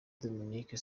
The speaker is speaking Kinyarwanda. dominique